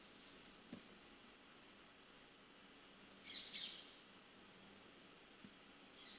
yes